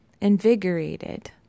invigorated